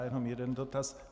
Jenom jeden dotaz.